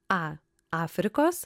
a afrikos